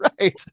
right